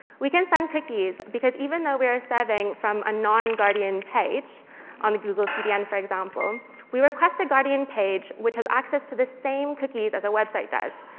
we can send cookies because even though we are serving from a non-guardian page on the google cdn, for example we request a guardian page which has access to the same cookies as our website does.